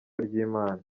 ry’imana